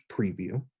preview